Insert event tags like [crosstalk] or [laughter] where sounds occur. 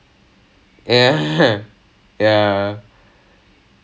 [laughs] okay so if you like I mean like